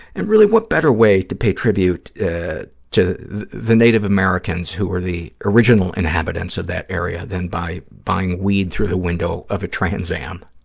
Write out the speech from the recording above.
and really, what better way to pay tribute to the native americans, who were the original inhabitants of that area, than by buying weed through the window of a trans am?